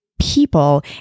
people